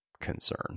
concern